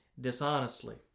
dishonestly